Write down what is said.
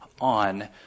on